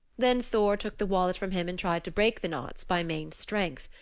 then thor took the wallet from him and tried to break the knots by main strength.